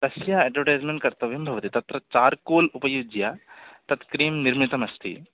अस्य अड्वटैस्मेण्ट् कर्तव्यं भवति तत्र चार्कोल् उपयुज्य तत्क्रीम् निर्मितमस्ति